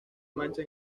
mancha